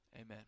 Amen